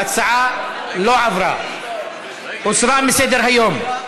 ההצעה לא עברה, הוסרה מסדר-היום.